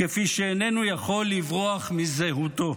כפי שאיננו יכול לברוח מזהותו.